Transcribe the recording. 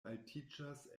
altiĝas